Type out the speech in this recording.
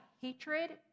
hatred